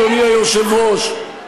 אדוני היושב-ראש,